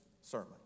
sermon